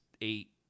eight